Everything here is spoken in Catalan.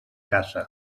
caça